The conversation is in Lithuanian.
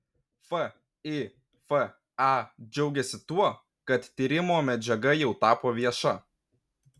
fifa džiaugiasi tuo kad tyrimo medžiaga jau tapo vieša